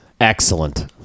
Excellent